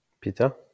Peter